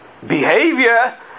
behavior